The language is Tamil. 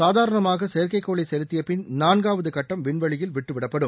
சாதாரணமாக செயற்கைகோளை செலுத்தியபின் நான்காவது கட்டம் விண்வெளியில் விட்டுவிடப்படும்